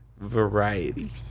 Variety